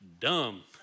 Dumb